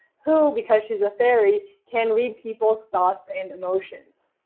who because she's a fairy, can read people's thoughts and emotions.